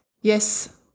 yes